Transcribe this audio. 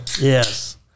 Yes